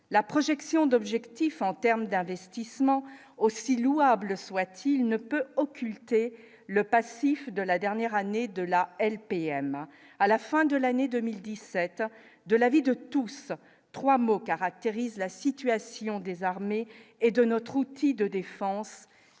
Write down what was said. la projection d'objectif en termes d'investissements aussi louable soit-il, ne peut occulter le passif de la dernière année de la LPM à la fin de l'année 2017, de l'avis de tous, 3 mots caractérisent la situation des armées et de notre outil de défense